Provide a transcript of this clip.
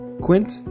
Quint